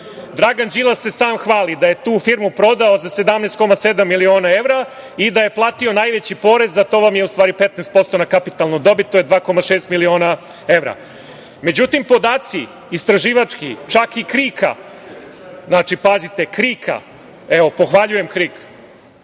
Dragan Đilas se sam hvali da je tu firmu prodao za 17,7 miliona evra i da je platio najveći porez, a to je 15% na kapitalnu dobit, to je 2,6 miliona evra. Međutim, podaci, istraživački, čak i KRIK-a, pazite, pohvaljujem KRIK,